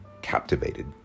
captivated